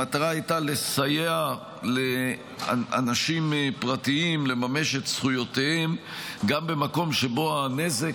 המטרה הייתה לסייע לאנשים פרטיים לממש את זכויותיהם גם במקום שבו הנזק